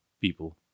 people